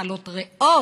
זה מחלות ריאות,